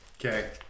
Okay